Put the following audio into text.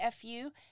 FU